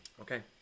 Okay